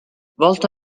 volto